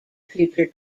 future